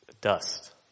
Dust